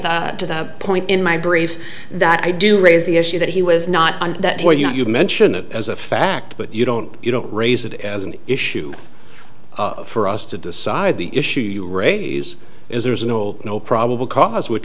cite to that point in my brief that i do raise the issue that he was not on that point you mention it as a fact but you don't you don't raise it as an issue for us to decide the issue you raise is there's an old no probable cause which